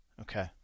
Okay